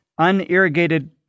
unirrigated